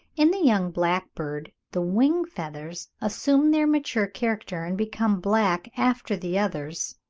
in the young blackbird the wing-feathers assume their mature character and become black after the others